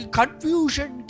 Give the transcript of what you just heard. confusion